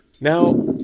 Now